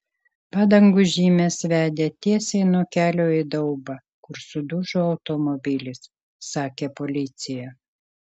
padangų žymės vedė tiesiai nuo kelio į daubą kur sudužo automobilis sakė policija